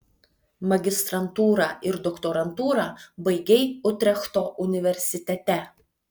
magistrantūrą ir doktorantūrą baigei utrechto universitete